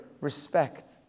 respect